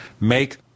Make